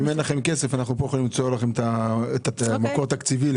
אם אין לכם כסף אנחנו יכולים למצוא לכם את המקור התקציבי.